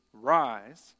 Rise